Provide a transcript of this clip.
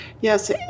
Yes